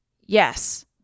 Yes